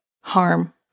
harm